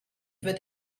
wird